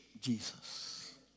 Jesus